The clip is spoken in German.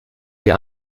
ihr